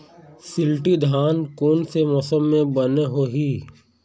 शिल्टी धान कोन से मौसम मे बने होही?